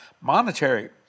monetary